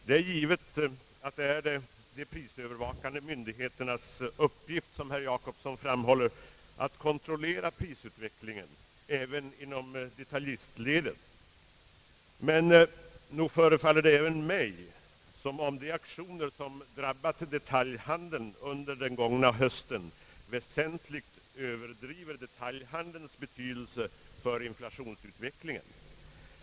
Det är givet att det är de prisövervakande myndigheternas uppgift, som herr Jacobsson framhåller, att kontrollera prisutvecklingen även inom detaljistledet. Men nog förefaller det mig som om de aktioner som drabbat detaljhandeln under den gångna hösten väsentligt överdriver detaljhandelns betydelse för inflationsutvecklingen.